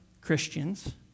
Christians